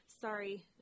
sorry